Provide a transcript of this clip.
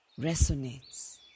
resonates